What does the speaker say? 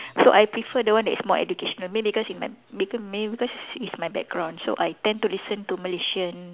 so I prefer the one that is more educational maybe because it might because maybe because it's it's my background so I tend to listen to Malaysian